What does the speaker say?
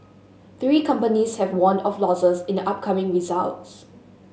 three companies have warned of losses in the upcoming results